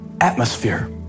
atmosphere